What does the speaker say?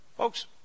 Folks